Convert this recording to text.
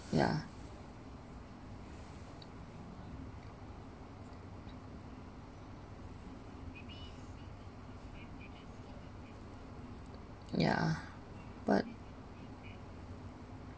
ya yeah but